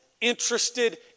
interested